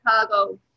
Chicago